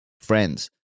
friends